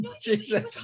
Jesus